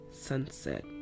sunset